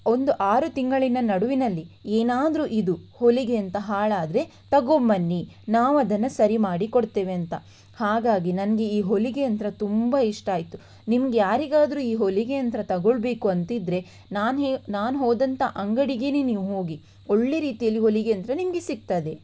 ಒಂದು ಆರು ತಿಂಗಳಿನ ನಡುವಿನಲ್ಲಿ ಏನಾದರೂ ಇದು ಹೊಲಿಗೆ ಯಂತ್ರ ಹಾಳಾದರೆ ತಗೊಂಬನ್ನಿ ನಾವದನ್ನು ಸರಿ ಮಾಡಿಕೊಡ್ತೇವೆ ಅಂತ ಹಾಗಾಗಿ ನನಗೆ ಈ ಹೊಲಿಗೆ ಯಂತ್ರ ತುಂಬ ಇಷ್ಟ ಆಯಿತು ನಿಮಗೆ ಯಾರಿಗಾದರೂ ಈ ಹೊಲಿಗೆ ಯಂತ್ರ ತೊಗೊಳ್ಬೇಕು ಅಂತಿದ್ದರೆ ನಾನು ನಾನು ಹೋದಂತಹ ಅಂಗಡಿಗೇನೆ ನೀವು ಹೋಗಿ ಒಳ್ಳೆಯ ರೀತಿಯಲ್ಲಿ ಹೊಲಿಗೆ ಯಂತ್ರ ನಿಮ್ಗೆ ಸಿಗ್ತದೆ